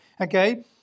Okay